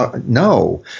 no